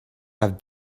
have